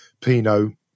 Pino